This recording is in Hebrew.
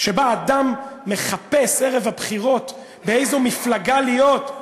שבה אדם מחפש ערב הבחירות באיזו מפלגה להיות,